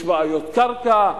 יש בעיות קרקע,